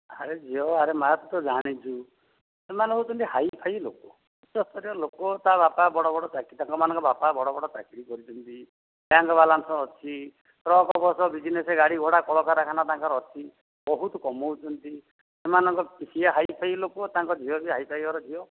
ଆରେ ଝିଅ ଆରେ ମା' ତୁ ତ ଜାଣିଛୁ ସେମାନେ ହେଉଛନ୍ତି ହାଇଫାଇ ଲୋକ ଉଚ୍ଚ ସ୍ଥରୀୟ ଲୋକ ତା ବାପା ବଡ଼ ବଡ଼ ଚାକିରି ତାଙ୍କମାନଙ୍କ ବାପା ବଡ଼ ବଡ଼ ଚାକିରି କରିଛନ୍ତି ବ୍ୟାଙ୍କ୍ ବାଲାନ୍ସ ଅଛି ଟ୍ରକ୍ ବସ୍ ବିଜ୍ନେସ୍ ଗାଡ଼ି ଭଡ଼ା କଳକାରଖାନା ତାଙ୍କର ଅଛି ବହୁତ କମାଉଛନ୍ତି ସେମାନଙ୍କ ସେ ହାଇଫାଇ ଲୋକ ତାଙ୍କ ଝିଅ ବି ହାଇଫାଇ ଘର ଝିଅ